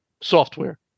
software